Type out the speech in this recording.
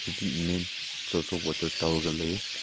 ꯍꯧꯖꯤꯛ main source of water ꯇꯧꯔꯒ ꯂꯩ